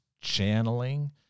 channeling